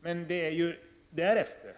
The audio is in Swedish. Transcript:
Men det är